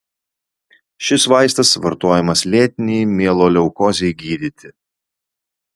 šis vaistas vartojamas lėtinei mieloleukozei gydyti